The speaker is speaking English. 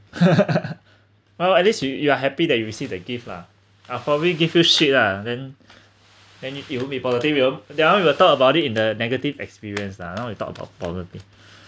well at least you you are happy that you received the gift lah I'll probably give you shit lah then then you you will be positive you that one we will talk about it in the negative experience lah now you talk about positive